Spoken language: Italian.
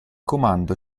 comando